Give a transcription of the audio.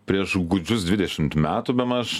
prieš gūdžius dvidešimt metų bemaž